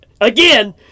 again